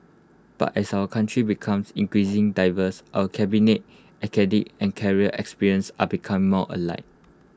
but as our country becomes increasing diverse our cabinet and career experiences are becoming more alike